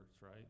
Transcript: right